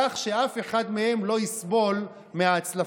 כך שאף אחד מהם לא יסבול מההצלפות.